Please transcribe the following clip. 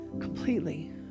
Completely